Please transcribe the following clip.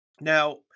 Now